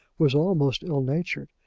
was almost ill-natured,